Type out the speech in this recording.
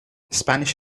spanish